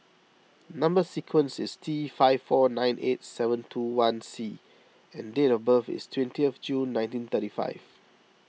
Number Sequence is T five four nine eight seven two one C and date of birth is twentieth June nineteen thirty five